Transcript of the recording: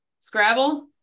Scrabble